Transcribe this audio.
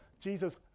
Jesus